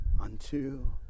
unto